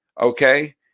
okay